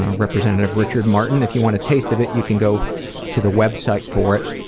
ah representative richard martin. if you want a taste of it, you can go to the website for it,